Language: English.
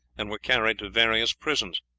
and were carried to various prisons.